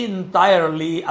entirely